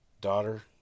Daughter